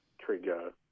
trigger